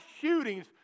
shootings